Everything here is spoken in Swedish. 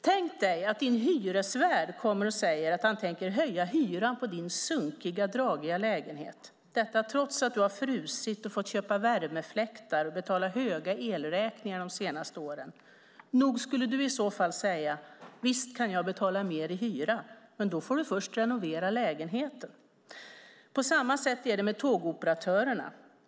Tänk dig att din hyresvärd kommer och säger att han tänker höja hyran för din sunkiga, dragiga lägenhet trots att du har frusit, fått köpa värmefläktar och betala höga elräkningar de senaste åren. Nog skulle väl du i så fall säga: Visst kan jag betala mer i hyra, men då får du först renovera lägenheten! På samma sätt är det med tågoperatörerna.